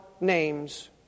names